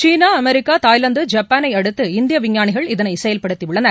சீனா America Thailand ஜப்பானை அடுத்து இந்திய விஞ்ஞானிகள் இதனை செயல்படுத்தியுள்ளனர்